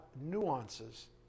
nuances